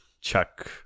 Chuck